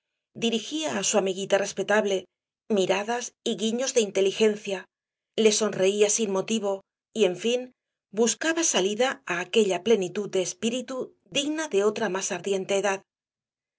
á su amiguita respetable miradas y guiños de inteligencia le sonreía sin motivo y en fin buscaba salida á aquella plenitud de espíritu digna de otra más ardiente edad